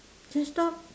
just stopped